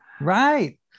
Right